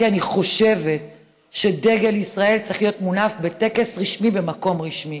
כי אני חושבת שדגל ישראל צריך להיות מונף בטקס רשמי במקום רשמי.